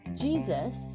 Jesus